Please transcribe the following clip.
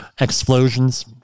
explosions